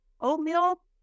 oatmeal